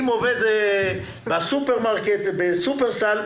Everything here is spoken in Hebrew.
אם עובד בסופרמרקט בשופרסל,